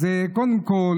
אז קודם כול,